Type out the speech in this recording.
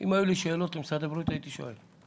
אם היו לי שאלות למשרד הבריאות, הייתי שואל.